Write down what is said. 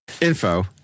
Info